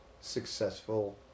successful